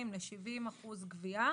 50% ל-70% גבייה,